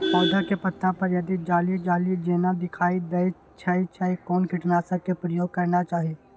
पोधा के पत्ता पर यदि जाली जाली जेना दिखाई दै छै छै कोन कीटनाशक के प्रयोग करना चाही?